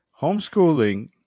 homeschooling